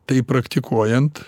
tai praktikuojant